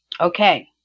Okay